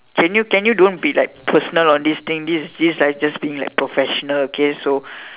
can you can you don't be like personal on this thing this is this is like just being like professional okay so